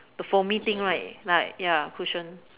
the foamy thing right like ya cushion